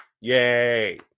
yay